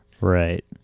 Right